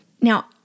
Now